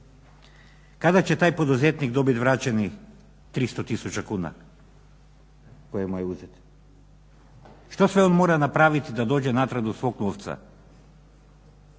Kada će taj poduzetnik dobiti vraćenih 300 tisuća kuna koje mu je uzeto? Što sve on mora napraviti da dođe natrag do svog novca.